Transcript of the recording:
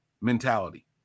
mentality